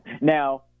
Now